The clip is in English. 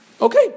okay